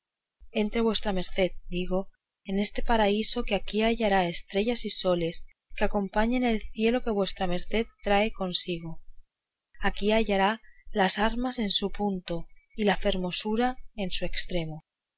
entre vuestra merced digo en este paraíso que aquí hallará estrellas y soles que acompañen el cielo que vuestra merced trae consigo aquí hallará las armas en su punto y la hermosura en su estremo